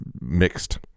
mixed